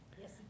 Yes